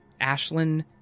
Ashlyn